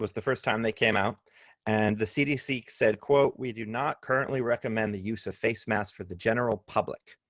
was the first time they came out and the cdc said, we do not currently recommend the use of face masks for the general public.